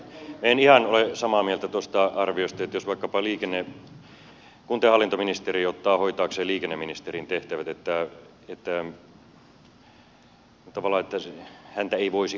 en ihan ole samaa mieltä tuosta arviosta että jos vaikkapa kunta ja hallintoministeri ottaa hoitaakseen liikenneministerin tehtävät häntä ei voisi avustaa henkilö